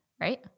right